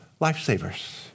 lifesavers